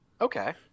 Okay